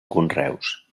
conreus